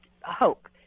hope